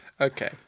Okay